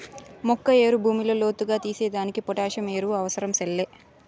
మొక్క ఏరు భూమిలో లోతుగా తీసేదానికి పొటాసియం ఎరువు అవసరం సెల్లే